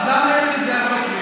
אז למה יש את זה על שוטרים?